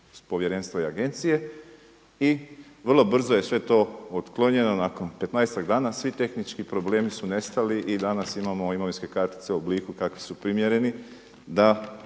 povjerenstva i agencije i vrlo brzo je sve to otklonjeno nakon petnaestak dana svi tehnički problemi su nestali i danas imamo imovinske kartice u obliku kakvi su primjereni da